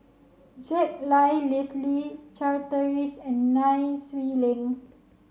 Jack Lai Leslie Charteris and Nai Swee Leng